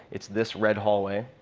it's this red hallway,